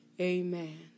amen